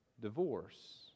Divorce